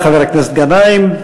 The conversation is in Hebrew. תודה לחבר הכנסת גנאים.